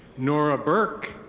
norah berk.